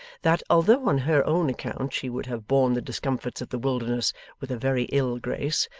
that, although on her own account she would have borne the discomforts of the wilderness with a very ill grace,